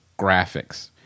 graphics